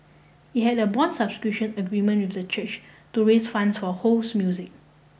it had a bond subscription agreement with the church to raise funds for Ho's music